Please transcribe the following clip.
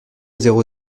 zéro